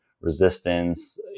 resistance